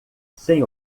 sem